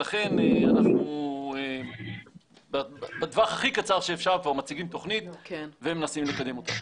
ולכן אנחנו בטווח הכי קצר שאפשר כבר מציגים תוכנית ומנסים לקדם אותה.